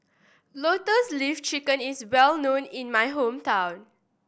Lotus Leaf Chicken is well known in my hometown